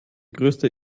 größte